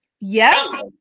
Yes